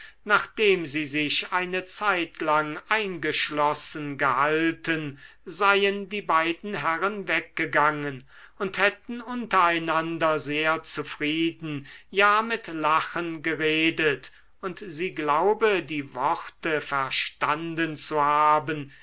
nachdem sie sich eine zeitlang eingeschlossen gehalten seien die beiden herren weggegangen und hätten unter einander sehr zufrieden ja mit lachen geredet und sie glaube die worte verstanden zu haben